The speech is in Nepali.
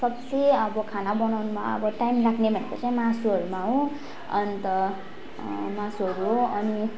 सबसे अब खाना बनाउनुमा अब टाइम लाग्ने भनेको चाहिँ मासुहरूमा हो अन्त मासुहरू हो अनि